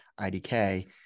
IDK